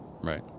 right